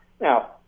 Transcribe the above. Now